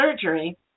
surgery